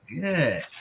good